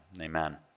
amen